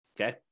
okay